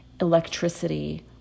Electricity